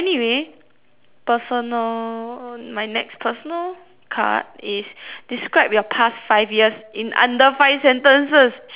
personal my next personal card is describe your past five years in under five sentences shoot